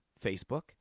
Facebook